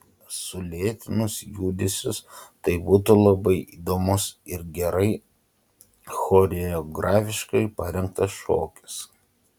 sulėtinus judesius tai būtų labai įdomus ir gerai choreografiškai parengtas šokis